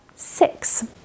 six